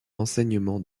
enseignement